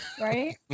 Right